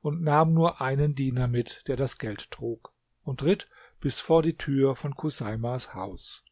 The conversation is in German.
und nahm nur einen diener mit der das geld trug und ritt bis vor die tür von chuseimas haus